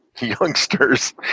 youngsters